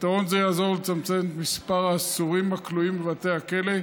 פתרון זה יעזור לצמצם את מספר האסורים הכלואים בבתי הכלא,